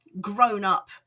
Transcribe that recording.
grown-up